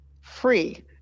free